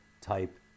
type